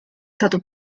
stato